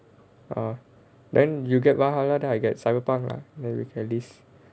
ah then you get valhalla then I get cyber punk lah then we can at least